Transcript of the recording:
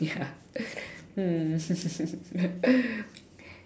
ya